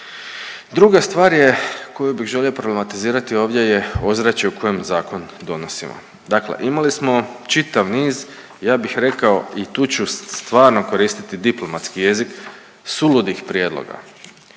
Druga stvar je koju bih želio problematizirati ovdje je ozračje u kojem zakon donosimo. Dakle, imali smo čitav niz ja bih rekao i tu ću stvarno koristiti diplomatski jezik suludih prijedloga.